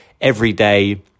Everyday